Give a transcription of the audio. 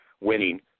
winning